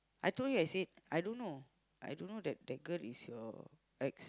I told you I said I don't know I don't know that girl is your ex